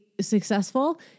successful